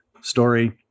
story